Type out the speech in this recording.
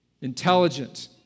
intelligent